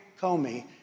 comey